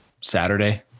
Saturday